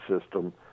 system